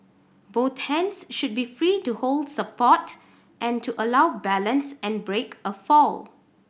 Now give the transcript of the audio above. both hands should be free to hold support and to allow balance and break a fall